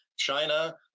China